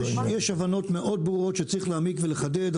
יש הבנות מאוד ברורות שצריך להעמיק ולחדד: